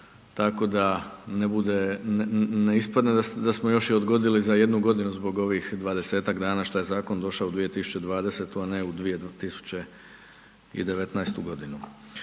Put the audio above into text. ne bude, ne ispadne da smo još i odgodili za jednu godinu zbog ovih 20-tak dana šta je zakon došao u 2020., a ne u 2019.g.